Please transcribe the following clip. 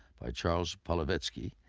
by charles polowetski,